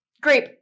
Grape